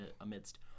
amidst